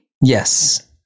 Yes